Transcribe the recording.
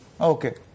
Okay